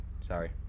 Sorry